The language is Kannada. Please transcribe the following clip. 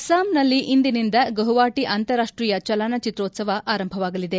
ಅಸ್ಪಾಂನಲ್ಲಿ ಇಂದಿನಿಂದ ಗುವಾಹಟಿ ಅಂತಾರಾಷ್ಟೀಯ ಚಲನಚಿತ್ರೋತ್ಪ ವ ಆರಂಭವಾಗಲಿದೆ